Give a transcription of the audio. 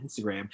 Instagram